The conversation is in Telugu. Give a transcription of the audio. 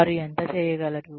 వారు ఎంత చేయగలరు